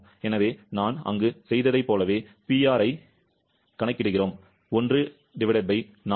எனவே நான் அங்கு செய்ததைப் போலவே PR க் கணக்கிடுகிறோம் 14